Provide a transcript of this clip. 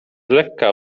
lekka